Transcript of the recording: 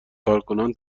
کارکنان